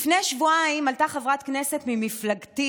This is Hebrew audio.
לפני שבועיים עלתה חברת כנסת ממפלגתי